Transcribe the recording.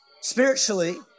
spiritually